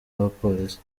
n’abapolisi